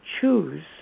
choose